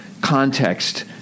context